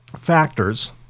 factors